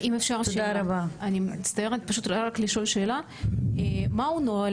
אני רוצה רק לשאול שאלה: מהו נוהל